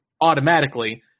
automatically